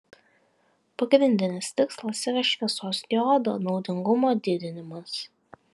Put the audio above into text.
pagrindinis tikslas yra šviesos diodo naudingumo didinimas